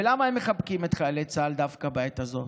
ולמה הם מחבקים את חיילי צה"ל דווקא בעת הזאת?